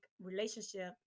relationship